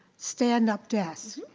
stand up desks.